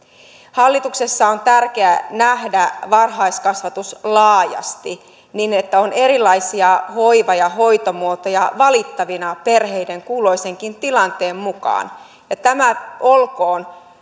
hallituksessa on tärkeää nähdä varhaiskasvatus laajasti niin että on erilaisia hoiva ja hoitomuotoja valittavina perheiden kulloisenkin tilanteen mukaan tämä olkoon